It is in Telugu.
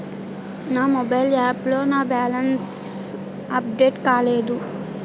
నా మొబైల్ యాప్ లో నా బ్యాలెన్స్ అప్డేట్ కాలేదు